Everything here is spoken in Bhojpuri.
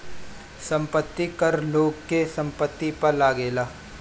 संपत्ति कर लोग के संपत्ति पअ लागेला